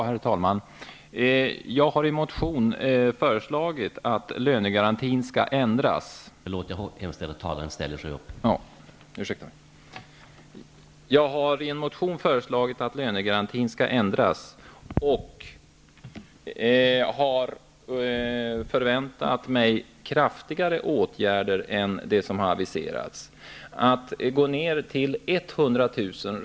Herr talman! Ursäkta mig! Jag har alltså i en motion föreslagit att lönegarantin skall ändras och hade förväntat mig kraftigare åtgärder än de som aviserats. Att gå ned till 100 000 kr.